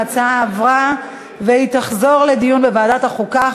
ההצעה עברה והיא תחזור לדיון בוועדת החוקה,